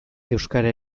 euskara